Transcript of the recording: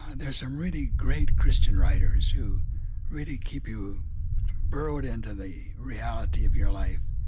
there's some really great christian writers who really keep you burrowed into the reality of your life,